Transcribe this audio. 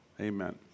Amen